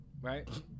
right